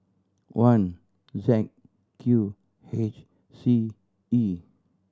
one Z Q H C E